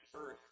earth